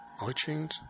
iTunes